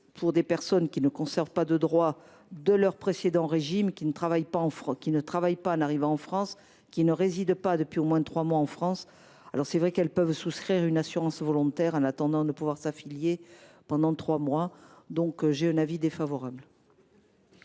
aux personnes qui ne conservent pas de droits de leur précédent régime, ne travaillent pas en arrivant en France et ne résident pas depuis au moins trois mois en France. Ces personnes peuvent souscrire une assurance volontaire en attendant de pouvoir s’affilier pendant trois mois. L’avis est donc défavorable.